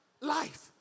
life